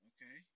Okay